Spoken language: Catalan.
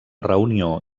reunió